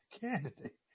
candidate